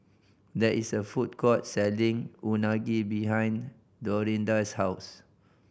there is a food court selling Unagi behind Dorinda's house